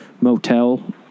motel